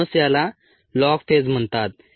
म्हणूनच याला log phase म्हणतात